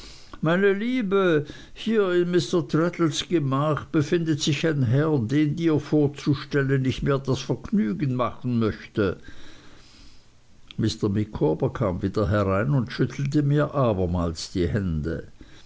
meine liebe hier in mr traddles gemach befindet sich ein herr den dir vorzustellen ich mir das vergnügen machen möchte mr micawber kam wieder herein und schüttelte mir abermals die hände